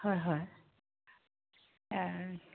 হয় হয়